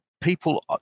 People